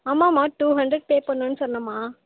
ஆமாம்மா two hundred pay பண்ணணும்ன்னு சொன்னேம்மா